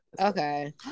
Okay